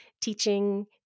teaching